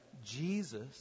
Jesus